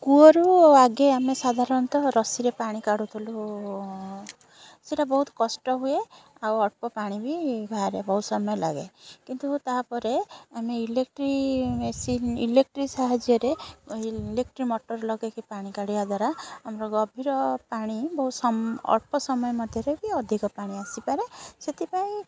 କୂଅରୁ ଆଗେ ଆମେ ସାଧାରଣତଃ ରଶିରେ ପାଣି କାଢ଼ୁଥୁଲୁ ସେଇଟା ବହୁତ କଷ୍ଟ ହୁଏ ଆଉ ଅଳ୍ପ ପାଣି ବି ବାହାରେ ବହୁତ ସମୟ ଲାଗେ କିନ୍ତୁ ତାପରେ ଆମେ ଇଲେକ୍ଟ୍ରିକ୍ ମେସିନ୍ ଇଲେକ୍ଟ୍ରିକ୍ ସାହାଯ୍ୟରେ ଇଲେକ୍ଟ୍ରିକ୍ ମୋଟର୍ ଲଗେଇକି ପାଣି କାଢ଼ିବା ଦ୍ୱାରା ଆମର ଗଭୀର ପାଣି ବହୁତ ସମ ଅଳ୍ପ ସମୟ ମଧ୍ୟରେ ବି ଅଧିକ ପାଣି ଆସିପାରେ ସେଥିପାଇଁ